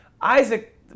Isaac